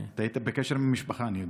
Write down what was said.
היית בקשר עם המשפחה, אני יודע.